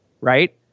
right